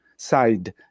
side